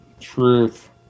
Truth